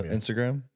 Instagram